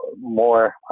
more